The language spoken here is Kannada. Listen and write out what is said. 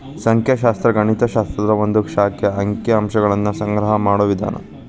ಸಂಖ್ಯಾಶಾಸ್ತ್ರ ಗಣಿತ ಶಾಸ್ತ್ರದ ಒಂದ್ ಶಾಖೆ ಅಂಕಿ ಅಂಶಗಳನ್ನ ಸಂಗ್ರಹ ಮಾಡೋ ವಿಧಾನ